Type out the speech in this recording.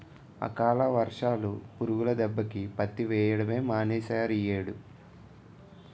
అకాల వర్షాలు, పురుగుల దెబ్బకి పత్తి వెయ్యడమే మానీసేరియ్యేడు